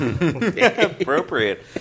Appropriate